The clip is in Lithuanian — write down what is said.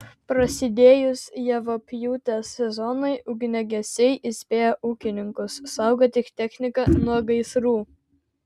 prasidėjus javapjūtės sezonui ugniagesiai įspėja ūkininkus saugoti techniką nuo gaisrų